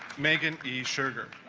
megan a sugar